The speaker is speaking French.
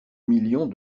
millions